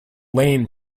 lane